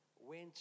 went